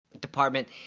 department